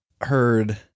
heard